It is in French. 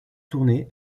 tournées